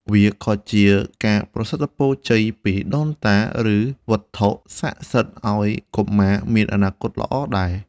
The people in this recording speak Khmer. វាក៏ជាការប្រសិទ្ធពរជ័យពីដូនតា ឬវត្ថុស័ក្តិសិទ្ធិឱ្យកុមារមានអនាគតល្អដែរ។